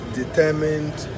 determined